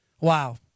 Wow